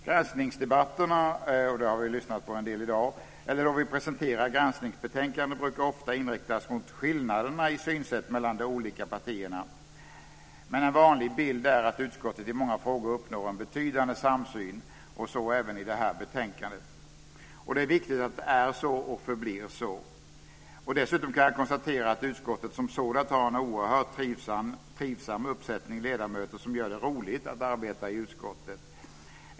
Granskningsdebatterna, eller då vi presenterar granskningsbetänkandet, brukar ofta inriktas mot skillnaderna i synsätt mellan de olika partierna, men en vanlig bild är att utskottet i många frågor uppnår en betydande samsyn, och så även i detta betänkande. Det är viktigt att det är så och förblir så. Dessutom kan jag konstatera att utskottet som sådant har en oerhört trivsam uppsättning ledamöter som gör det roligt att arbeta i utskottet.